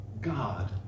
God